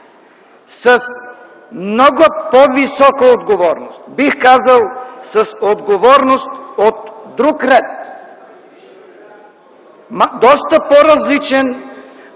с много по-висока отговорност, бих казал, с отговорност от друг ред, доста по-различен